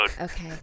okay